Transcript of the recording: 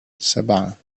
سبعة